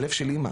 לב של אמא.